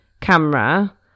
camera